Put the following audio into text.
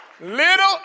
Little